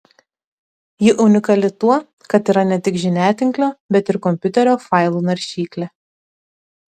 ji unikali tuo kad yra ne tik žiniatinklio bet ir kompiuterio failų naršyklė